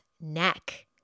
neck